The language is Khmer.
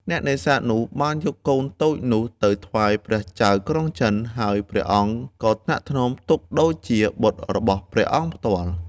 អ្នកនេសាទនោះ បានយកកូនតូចនោះទៅថ្វាយព្រះចៅក្រុងចិន ហើយព្រះអង្គក៏ថ្នាក់ថ្នមទុកដូចជាបុត្ររបស់ព្រះអង្គផ្ទាល់។